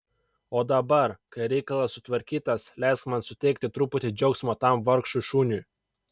o dabar kai reikalas sutvarkytas leisk man suteikti truputį džiaugsmo tam vargšui šuniui